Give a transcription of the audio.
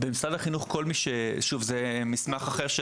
במשרד החינוך שוב, זה מסמך אחר.